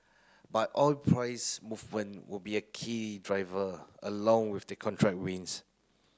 but oil price movement will be a key driver along with the contract wins